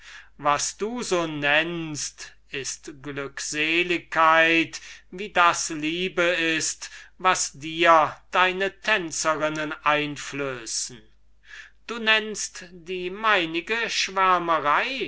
was du so nennst ist glückseligkeit wie das liebe ist was dir deine tänzerinnen einflößen du nennst die